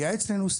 היה אצלנו,